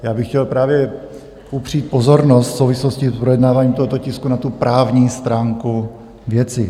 Já bych chtěl právě upřít pozornost v souvislosti s projednáváním tohoto tisku na právní stránku věci.